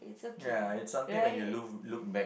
ya it's something when you look look back